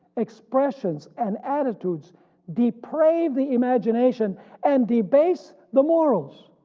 expressions, and attitudes depraved the imagination and debase the morals.